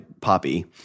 Poppy